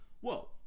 Whoa